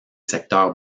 secteurs